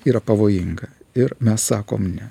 yra pavojinga ir mes sakom ne